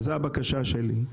זו הבקשה שלי,